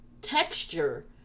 texture